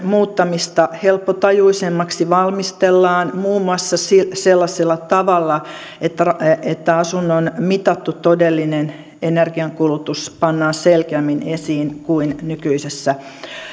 muuttamista helppotajuisemmaksi valmistellaan muun muassa sellaisella tavalla että että asunnon mitattu todellinen energiankulutus pannaan selkeämmin esiin kuin nykyisessä